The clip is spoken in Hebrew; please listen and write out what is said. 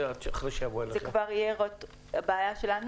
זה בעיה שלנו,